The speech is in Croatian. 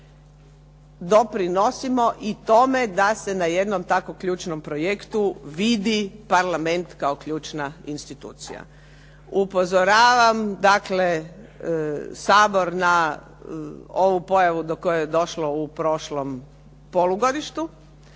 doprinosimo i tome da se na jednom takvom ključnom projektu vidi parlament kao ključna institucija. Upozoravam dakle, Sabor na ovu pojavu do koje je došlo u prošlom polugodištu